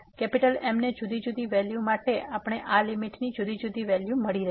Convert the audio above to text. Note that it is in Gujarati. M ની જુદી જુદી વેલ્યુ માટે આપણને આ લીમીટની જુદી જુદી વેલ્યુ મળી રહી છે